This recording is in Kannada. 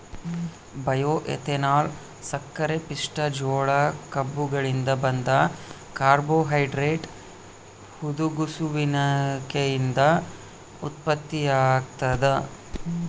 ಬಯೋಎಥೆನಾಲ್ ಸಕ್ಕರೆಪಿಷ್ಟ ಜೋಳ ಕಬ್ಬುಗಳಿಂದ ಬಂದ ಕಾರ್ಬೋಹೈಡ್ರೇಟ್ ಹುದುಗುಸುವಿಕೆಯಿಂದ ಉತ್ಪತ್ತಿಯಾಗ್ತದ